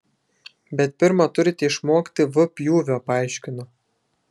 bet pirma turite išmokti v pjūvio paaiškino